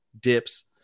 dips